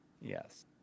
Yes